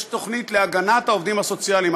יש תוכנית להגנת העובדים הסוציאליים,